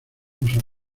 puso